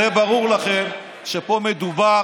זה ברור לכם שפה מדובר